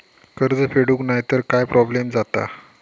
कर्ज फेडूक नाय तर काय प्रोब्लेम जाता?